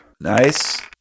nice